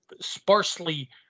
sparsely